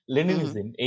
Leninism